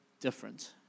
different